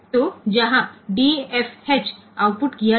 તેથી ત્યાં તે DFH ને આઉટપુટ કરશે